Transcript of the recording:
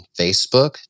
Facebook